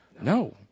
No